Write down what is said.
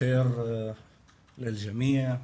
(אומר דברים בשפה הערבית להלן התרגום החופשי)